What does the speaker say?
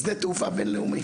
שדה תעופה בינלאומי,